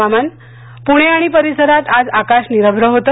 हवामान पुणे आणि परिसरात आज आकाश निरभ्र होत